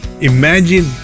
Imagine